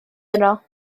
yno